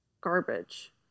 garbage